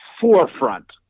forefront